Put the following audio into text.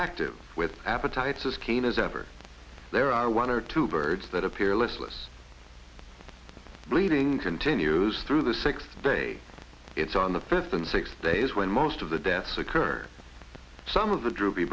active with appetites as keen as ever there are one or two birds that appear listless bleeding continues through the sixth day it's on the fifth and sixth days when most of the deaths occurred some of the droopy